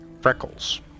freckles